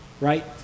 Right